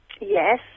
yes